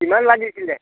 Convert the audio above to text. কিমান লাগিছিলে